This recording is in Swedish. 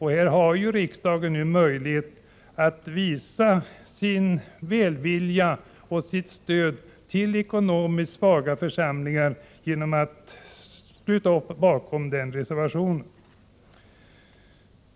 Här har riksdagen nu möjlighet att visa sin välvilja och sitt stöd till ekonomiskt svaga församlingar genom att sluta upp bakom denna reservation.